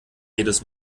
jedes